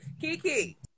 Kiki